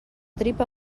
tripa